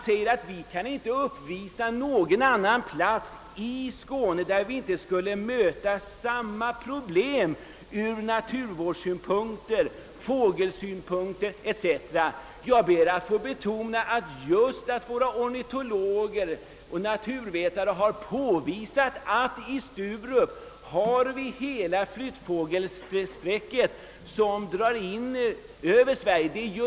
Det kan inte uppvisas någon annan plats i Skåne där vi inte skulle möta samma problem ur naturvårdssynpunkt, ur fågelsynpunkt etc., :sade herr Henningsson vidare. Jag ber att få betona att ornitologer och naturvetare har påvisat att just över Sturup drar hela flyttfågelsträck in över Sverige.